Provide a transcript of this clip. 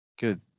Good